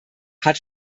hat